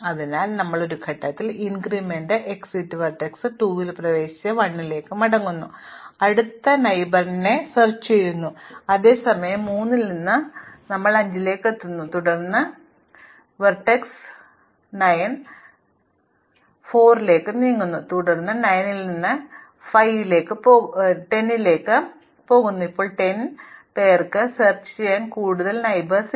അതിനാൽ ഞങ്ങൾ ഒരു ഘട്ടത്തിൽ ഒരു ഇൻക്രിമെന്റ് എക്സിറ്റ് വെർട്ടെക്സ് 2 ൽ പ്രവേശിച്ച് 1 ലേക്ക് മടങ്ങുക അടുത്ത അയൽവാസിയാണെന്ന് പര്യവേക്ഷണം ചെയ്യുക അത് സമയം 3 ൽ ഞങ്ങൾ 5 ആണ് തുടർന്ന് ഞങ്ങൾ വെർട്ടെക്സ് 9 സമയം 4 ലേക്ക് നീക്കുന്നു തുടർന്ന് 9 ൽ നിന്ന് 10 ലേക്ക് 5 ലേക്ക് പോകുന്നു ഇപ്പോൾ 10 പേർക്ക് പര്യവേക്ഷണം ചെയ്യാൻ കൂടുതൽ അയൽക്കാർ ഇല്ല